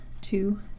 two